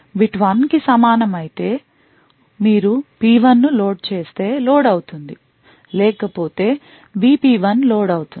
bit 1 కి సమానం అయితే మీరు P1 ను లోడ్ చేస్తే లోడ్ అవుతుంది లేకపోతే BP1 లోడ్ అవుతుంది